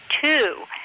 two